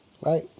Right